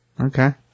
Okay